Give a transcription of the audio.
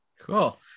cool